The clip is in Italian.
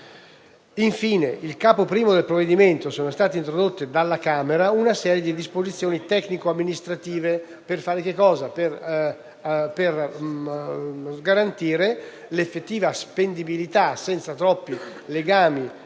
Infine, nel I Capo del provvedimento, sono state introdotte dalla Camera una serie di disposizioni tecnico-amministrative per garantire l'effettiva spendibilità, senza troppi legami